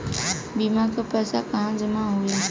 बीमा क पैसा कहाँ जमा होई?